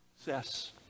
Success